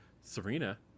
Serena